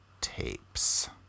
Tapes